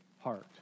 heart